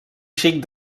xic